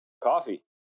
Coffee